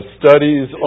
studies